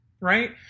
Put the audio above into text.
Right